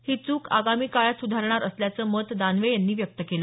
ही चूक आगामी काळात सुधारणार असल्याचं मत दानवे यांनी व्यक्त केलं